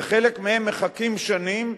וחלק מהן מחכות שנים,